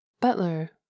Butler